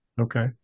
Okay